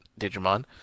Digimon